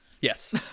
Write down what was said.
Yes